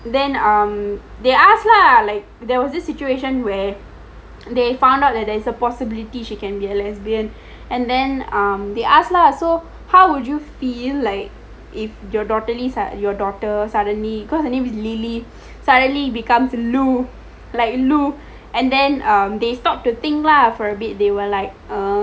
then um they ask lah like there was this situation where they found out that there is a possibility she can be a lesbian and then um they ask lah how would you feel like if your daughter is your daughter suddenly because her name is lily suddenly becomes loui and then they stopped to think lah for a bit they were like